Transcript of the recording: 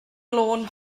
lôn